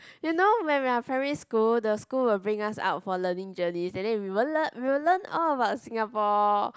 you know when we're primary school the school will bring us out for learning journeys and then we won't learn we will learn all about Singapore